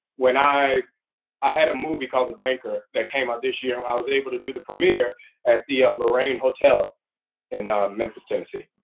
when i i had a movie called the banker that came out this year, and i was able to do the premiere at the ah lorraine hotel in memphis, tennessee.